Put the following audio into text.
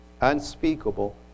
unspeakable